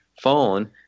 phone